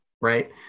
Right